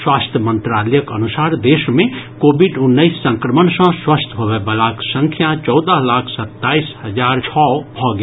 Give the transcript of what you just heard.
स्वास्थ्य मंत्रालयक अनुसार देश मे कोविड उन्नैस संक्रमण सँ स्वस्थ होबयवलाक संख्या चौदह लाख सत्ताईस हजार छओ भऽ गेल